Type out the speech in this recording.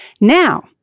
Now